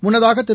முன்னதாக திரு